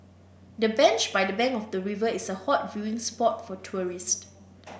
the bench by the bank of the river is a hot viewing spot for tourists